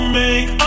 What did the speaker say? make